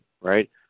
right